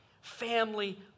family